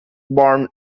born